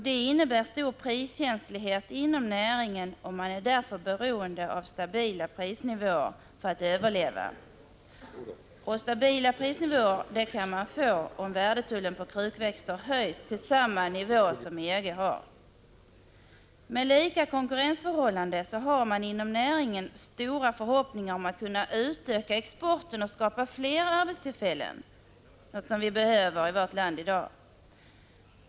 Det innebär stor priskänslighet inom näringen. Den är beroende av stabila prisnivåer för att överleva, och stabila prisnivåer kan man få om värdetullen på krukväxter höjs till samma nivå som EG har. Med lika konkurrensförhållanden har man inom näringen stora förhoppningar om att kunna utöka exporten och skapa fler arbetstillfällen, som vi ju behöver i vårt land i dag.